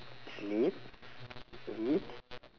sleep eat